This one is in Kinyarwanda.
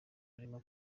arimo